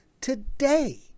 today